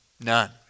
None